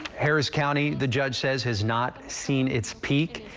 harris county, the judge says has not seen its peak.